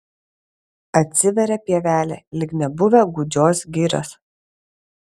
atsiveria pievelė lyg nebuvę gūdžios girios